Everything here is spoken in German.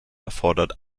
erfordert